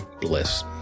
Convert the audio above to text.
bliss